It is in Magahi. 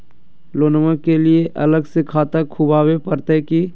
लोनमा के लिए अलग से खाता खुवाबे प्रतय की?